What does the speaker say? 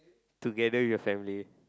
together with your family